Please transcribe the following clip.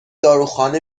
داروخانه